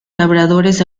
labradores